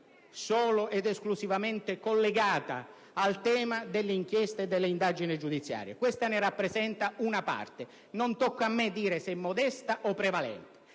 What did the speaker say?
solo ed esclusivamente collegata al tema delle inchieste e delle indagini giudiziarie (queste ne rappresentano una parte, non tocca a me dire se modesta o prevalente),